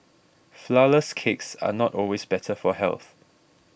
Flourless Cakes are not always better for health